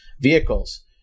vehicles